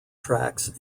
tracks